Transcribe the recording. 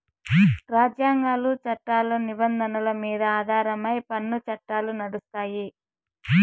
రాజ్యాంగాలు, చట్టాల నిబంధనల మీద ఆధారమై పన్ను చట్టాలు నడుస్తాయి